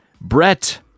Brett